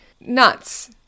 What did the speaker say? Nuts